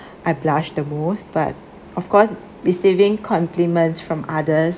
I blush the most but of course receiving compliments from others